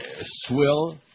swill